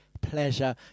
pleasure